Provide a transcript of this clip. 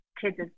kids